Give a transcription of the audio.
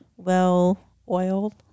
Well-oiled